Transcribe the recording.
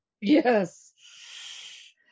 Yes